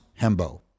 Hembo